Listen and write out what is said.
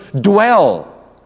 dwell